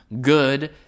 good